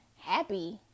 happy